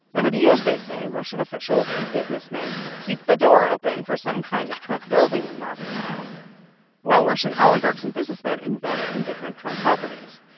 over the years, they say, russian officials and businessmen keep the door open for some kind of trump building in moscow while russian oligarchs and businessmen invest in different trump properties.